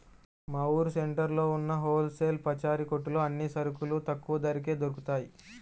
మా ఊరు సెంటర్లో ఉన్న హోల్ సేల్ పచారీ కొట్టులో అన్ని సరుకులు తక్కువ ధరకే దొరుకుతయ్